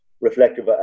reflective